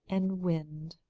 and wind.